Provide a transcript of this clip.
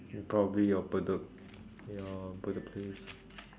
probably your bedok your bedok place